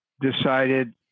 decided